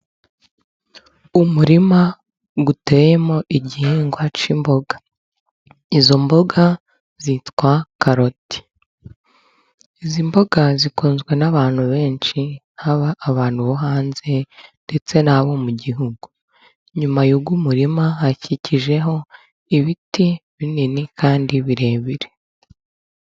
umurima Uteyemo igihingwa cy' imboga, izo mboga zitwa karoti. Izi mboga zikunzwe n'abantu benshi, haba abantu bo hanze ndetse n'abo mu gihugu. inyuma y'uyu umurima hakikijeho ibiti binini kandi birebire.